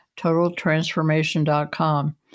TotalTransformation.com